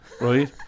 right